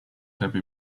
happy